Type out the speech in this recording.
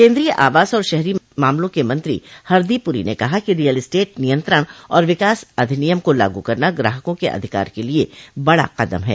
केन्द्रीय आवास और शहरी मामलों के मंत्री हरदीप पुरी ने कहा कि रियल स्टेट नियंत्रण और विकास अधिनियम को लागू करना ग्राहकों के अधिकार के लिए बड़ा कदम है